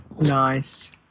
Nice